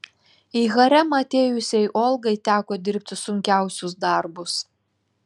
į haremą atėjusiai olgai teko dirbti sunkiausius darbus